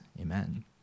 Amen